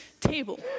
table